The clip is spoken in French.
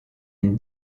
une